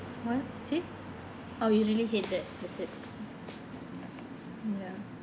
what see oh you really hate that that's it ya